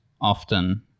often